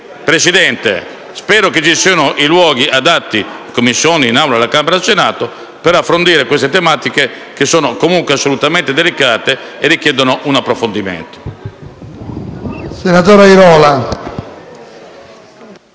Presidente, spero che ci siano i luoghi adatti, in Commissione e in Assemblea, alla Camera e al Senato, per approfondire queste tematiche che sono assolutamente delicate e richiedono un approfondimento.